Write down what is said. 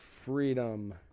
freedom